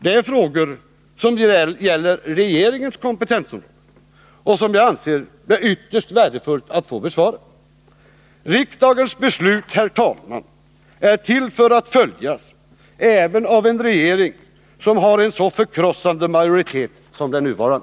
Detta är frågor som gäller regeringens kompetensområde och som jag anser det ytterst värdefullt att få besvarade. Riksdagens beslut är till för att följas även av en regering som har en så förkrossande majoritet som den nuvarande.